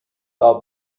out